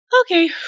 okay